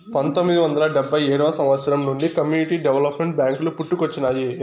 పంతొమ్మిది వందల డెబ్భై ఏడవ సంవచ్చరం నుండి కమ్యూనిటీ డెవలప్మెంట్ బ్యేంకులు పుట్టుకొచ్చినాయి